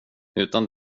utan